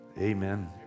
amen